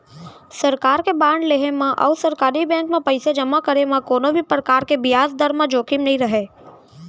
सरकार के बांड लेहे म अउ सरकारी बेंक म पइसा जमा करे म कोनों भी परकार के बियाज दर म जोखिम नइ रहय